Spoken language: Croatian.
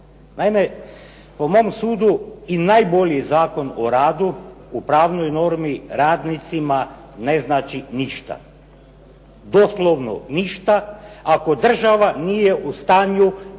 Naime, po mom sudu i najbolji Zakon o radu u pravnoj normi radnicima ne znači ništa, doslovno ništa ako država nije u stanju